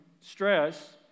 stress